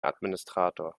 administrator